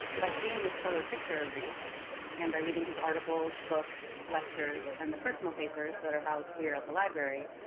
by seeing this fuller picture of riis and by reading his articles, books, lectures, and the personal papers that are housed here at the library,